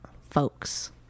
folks